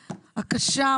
הקשה,